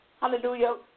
hallelujah